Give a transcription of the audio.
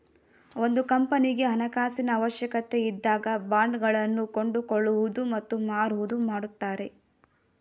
ಒಂದು ಕಂಪನಿಗೆ ಹಣಕಾಸಿನ ಅವಶ್ಯಕತೆ ಇದ್ದಾಗ ಬಾಂಡ್ ಗಳನ್ನು ಕೊಂಡುಕೊಳ್ಳುವುದು ಮತ್ತು ಮಾರುವುದು ಮಾಡುತ್ತಾರೆ